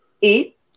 Eat